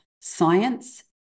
science